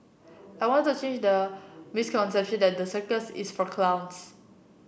I want to change the misconception that the circus is for clowns